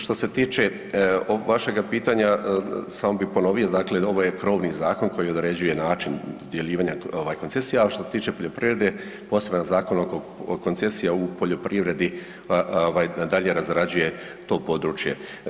Što se tiče vašega pitanja samo bi ponovio, dakle ovo je krovni zakon koji određuje način dodjeljivanja ovaj koncesija, a što se tiče poljoprivrede poseban Zakon o koncesijama u poljoprivredi dalje razrađuje to područje.